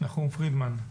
נחום פרידמן.